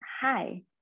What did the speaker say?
hi